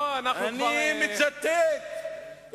וכשאני רואה היום, שמעתי את שיא